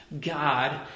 God